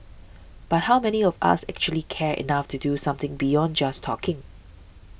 but how many of us actually care enough to do something beyond just talking